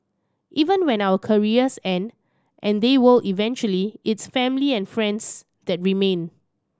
even when our careers end and they will eventually it's family and friends that remain